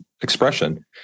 expression